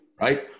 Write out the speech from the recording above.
right